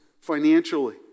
financially